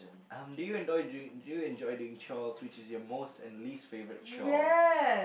um do you enjoy doing do you enjoy doing chores which is your most and least favorite chore